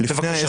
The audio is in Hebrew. בבקשה.